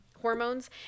hormones